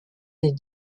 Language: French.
des